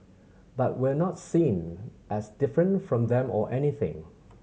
but we're not seen as different from them or anything